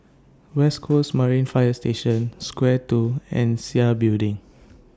West Coast Marine Fire Station Square two and Sia Building